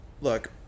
look